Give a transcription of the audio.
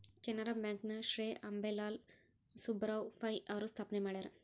Canara bank ನ ಶ್ರೇ ಅಂಬೇಲಾಲ್ ಸುಬ್ಬರಾವ್ ಪೈ ಅವರು ಸ್ಥಾಪನೆ ಮಾಡ್ಯಾರ